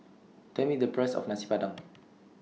Tell Me The Price of Nasi Padang